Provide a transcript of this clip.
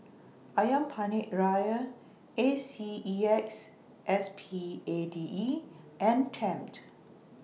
Ayam Penyet Ria A C E X S P A D E and Tempt